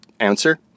Answer